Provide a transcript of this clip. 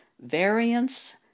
variance